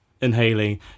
inhaling